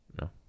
No